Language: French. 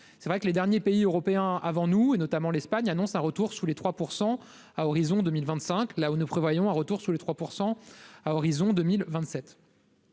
c'est vrai que les derniers pays européens avant nous et notamment l'Espagne annonce un retour sous les 3 % à horizon 2025, là où nous prévoyons un retour sous les 3 % à horizon 2027.